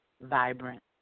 vibrant